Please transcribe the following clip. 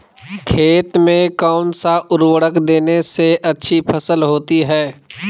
खेत में कौन सा उर्वरक देने से अच्छी फसल होती है?